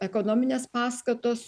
ekonominės paskatos